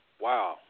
wow